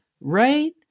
right